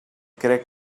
crec